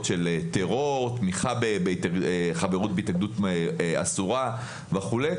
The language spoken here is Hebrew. טרור וחברות בהתאגדות אסורה וכולי.